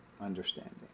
understanding